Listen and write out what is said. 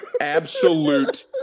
absolute